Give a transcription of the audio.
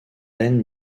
lene